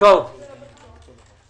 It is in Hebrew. ולא היה להם תוכניות לתיקון ליקויים,